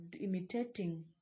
imitating